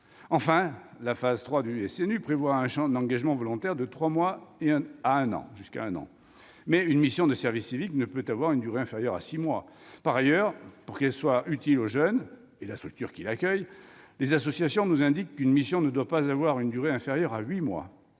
Enfin, la phase 3 du SNU prévoit un engagement volontaire de trois mois à un an. Mais une mission de service civique ne peut avoir une durée inférieure à six mois. Par ailleurs, pour qu'elle soit utile au jeune et à la structure qui l'accueille, les associations nous indiquent qu'une mission ne doit pas avoir une durée inférieure à huit mois.